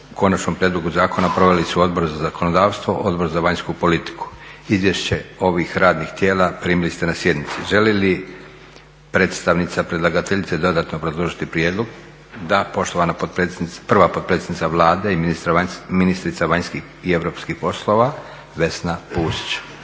o Konačnom prijedlogu zakona proveli su Odbor za zakonodavstvo, Odbor za vanjsku politiku. Izvješće ovih radnih tijela primili ste na sjednici. Želi li predstavnica predlagateljice dodatno obrazložiti prijedlog? Da. Poštovana potpredsjednica, prva potpredsjednica Vlade i ministrica vanjskih i europskih poslova Vesna Pusić.